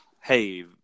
hey